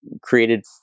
created